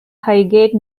highgate